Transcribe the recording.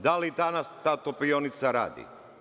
Da li danas ta topionica radi?